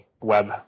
web